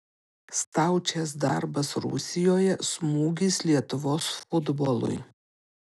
staučės darbas rusijoje smūgis lietuvos futbolui